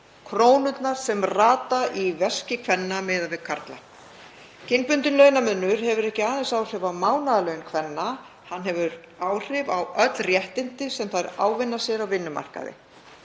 krónurnar sem rata í veski kvenna miðað við karla. Kynbundinn launamunur hefur ekki aðeins áhrif á mánaðarlaun kvenna, hann hefur áhrif á öll réttindi sem þær ávinna sér á vinnumarkaði.